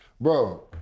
Bro